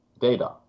data